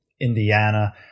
Indiana